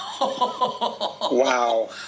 Wow